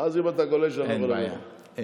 אז אם אתה גולש, אני לא יכול, אין בעיה.